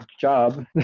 job